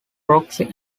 roxy